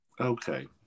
Okay